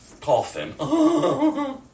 coffin